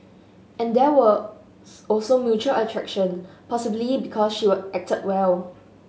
and there was also mutual attraction possibly because she were acted well